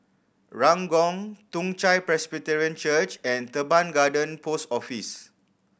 Ranggung Toong Chai Presbyterian Church and Teban Garden Post Office